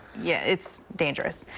yeah. it's dangerous.